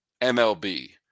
MLB